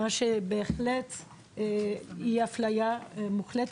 וזה בהחלט אפליה מוחלטת.